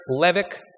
Levick